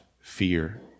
fear